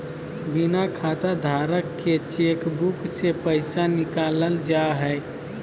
बिना खाताधारक के चेकबुक से पैसा निकालल जा हइ